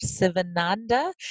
Sivananda